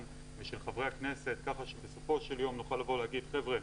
ושל חברי הכנסת כך שבסופו של יום נוכל לבוא ולהגיד: חבר'ה,